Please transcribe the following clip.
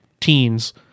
teens